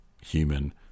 human